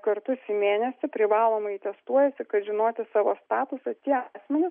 kartus į mėnesį privalomai testuojasi žinoti savo statusą tie asmenys